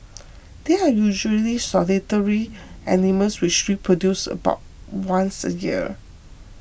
they are usually solitary animals which reproduce about once a year